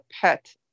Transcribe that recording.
pet